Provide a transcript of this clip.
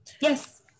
yes